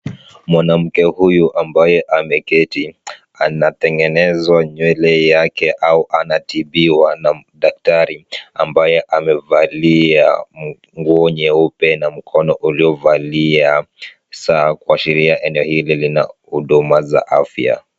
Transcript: Mwanamke huyu ambaye ameketi, anatengenezwa nywele yake au anatibiwa na daktari, ambaye amevalia nguo nyeupe, na mkono ulio valia saa kuashiria eneo hili lina huduma za afya.